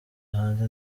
hanze